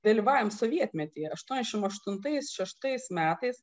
vėlyvajam sovietmetyje aštuoniasdešimt aštuntais šeštais metais